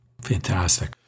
Fantastic